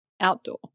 outdoor